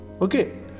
okay